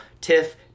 TIFF